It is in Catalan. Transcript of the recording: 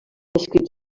escrits